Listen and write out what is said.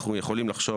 אנחנו יכולים לחשוב